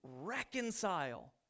reconcile